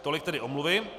Tolik tedy omluvy.